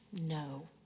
No